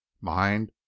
mind